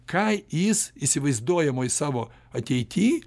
ką jis įsivaizduojamoj savo ateity